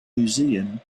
museum